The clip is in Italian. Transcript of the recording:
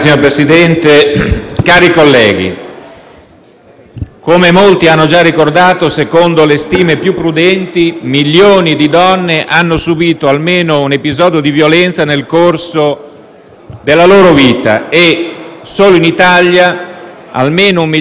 come molti hanno già ricordato, secondo le stime più prudenti, milioni di donne hanno subìto almeno un episodio di violenza nel corso della loro vita e, solo in Italia, almeno un milione e mezzo è stata vittima di stupro.